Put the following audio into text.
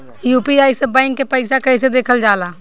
UPI से bank के पैसा कैसे देखल जाला?